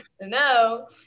no